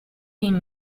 him